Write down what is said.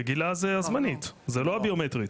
רגילה זו זמנית, זו לא הביומטרית.